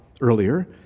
earlier